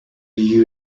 you